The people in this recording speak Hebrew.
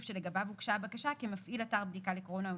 שלגביו הוגשה הבקשה כמפעיל אתר בדיקה לקורונה או